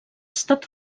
estat